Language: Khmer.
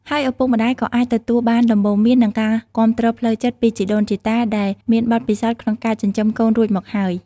ហើយឪពុកម្តាយក៏អាចទទួលបានដំបូន្មាន និងការគាំទ្រផ្លូវចិត្តពីជីដូនជីតាដែលមានបទពិសោធន៍ក្នុងការចិញ្ចឹមកូនរួចមកហើយ។